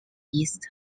east